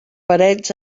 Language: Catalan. parets